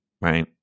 right